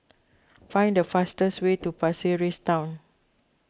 find the fastest way to Pasir Ris Town